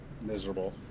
miserable